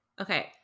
Okay